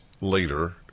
later